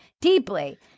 deeply